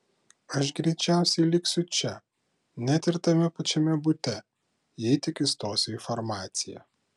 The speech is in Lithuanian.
aš greičiausiai liksiu čia net ir tame pačiame bute jei tik įstosiu į farmaciją